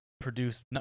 Produce